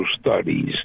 studies